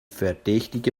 verdächtige